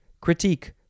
critique